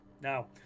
Now